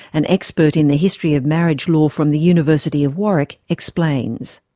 an expert in the history of marriage law from the university of warwick, explains.